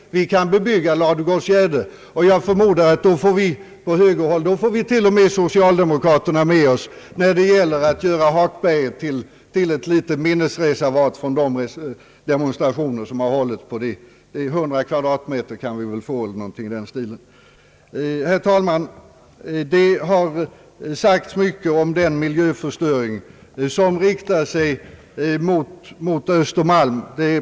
Vi kan bebygga Ladugårdsgärde, och jag förmodar att då får vi högermän socialdemokraterna med css när det gäller att göra Hakberget till ett litet minnesreservat för de demonstrationer som hållits där. 100 kvadratmeter eller något i den stilen kan vi väl få. Herr talman! Det har sagts mycket om den miljöförstöring som riktar sig mot Östermalm.